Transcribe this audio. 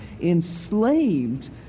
enslaved